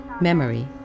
Memory